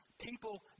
people